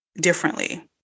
differently